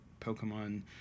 Pokemon